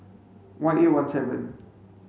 one eight one seven